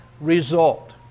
result